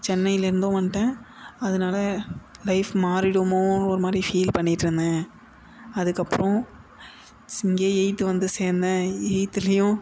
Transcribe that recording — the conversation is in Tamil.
சென்னையிலேருந்தும் வந்துட்டேன் அதனால் லைஃப் மாறிவிடுமோனு ஒரு மாதிரி ஃபீல் பண்ணிட்டுருந்தேன் அதுக்கப்புறம் ஸ் இங்கேயே எயித்து வந்து சேர்ந்தேன் எயித்துலேயும்